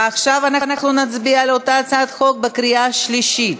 עכשיו אנחנו נצביע על אותה הצעת חוק בקריאה השלישית.